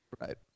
Right